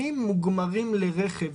מוגמרים לרכב,